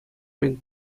мӗн